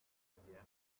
arcadia